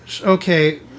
Okay